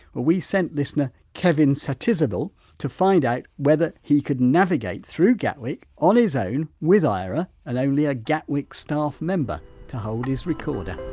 well we sent listener kevin satizabal to find out whether he could navigate through gatwick on his own with aira and only a gatwick staff member to hold his recorder.